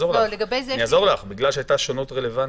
לך זה בגלל שהייתה שונות רלוונטית.